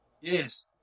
Yes